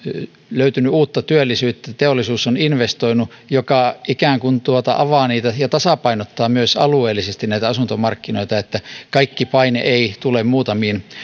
löytynyt uutta työllisyyttä teollisuus on investoinut mikä ikään kuin avaa ja tasapainottaa myös alueellisesti näitä asuntomarkkinoita niin että kaikki paine ei tule muutamiin